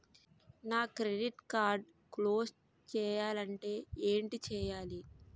నా credit card close చేయాలంటే ఏంటి చేయాలి?